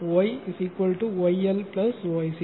எனவே Y YL YC